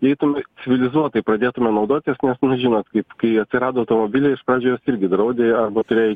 eitume civilizuotai pradėtume naudotis nes žinot kaip kai atsirado automobiliai iš pradžių juos irgi draudė arba tuoj